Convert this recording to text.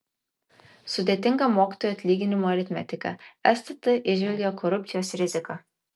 sudėtinga mokytojų atlyginimų aritmetika stt įžvelgia korupcijos riziką